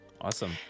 awesome